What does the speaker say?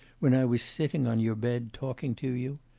when i was sitting on your bed talking to you?